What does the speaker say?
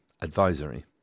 advisory